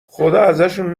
خداازشون